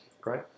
Great